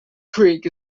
creek